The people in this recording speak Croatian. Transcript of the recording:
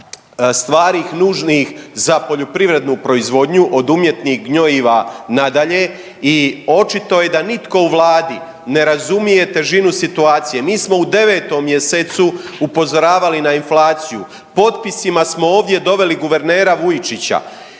stvari nužnih za poljoprivrednu proizvodnju od umjetnih gnojiva nadalje i očito je da nitko u vladi ne razumije težinu situacije. Mi smo u 9. mjesecu upozoravali na inflaciju, potpisima smo ovdje doveli guvernera Vujčića